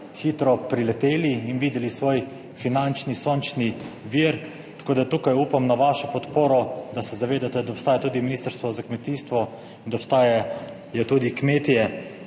hitro prileteli in videli svoj finančni sončni vir, tako da tukaj upam na vašo podporo, da se zavedate, da obstaja tudi Ministrstvo za kmetijstvo in da obstajajo tudi kmetje,